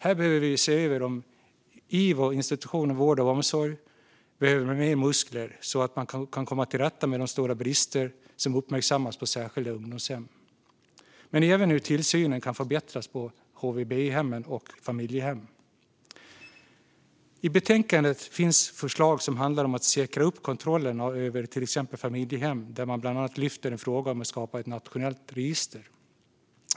Här behöver vi se över om IVO, Inspektionen för vård och omsorg, behöver mer muskler så att man kan komma till rätta med de stora brister som uppmärksammats på särskilda ungdomshem men även se över hur tillsynen kan förbättras på HVB-hem och i familjehem. I betänkandet finns förslag som handlar om att säkra upp kontrollen av till exempel familjehem, bland annat ett förslag om att skapa ett nationellt register.